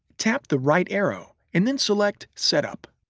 tap the right arrow, and then select setup.